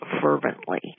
fervently